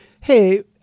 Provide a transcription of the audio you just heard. Hey